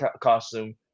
costume